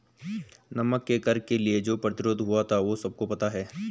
नमक के कर के लिए जो प्रतिरोध हुआ था वो सबको पता है